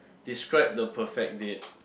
describe the perfect date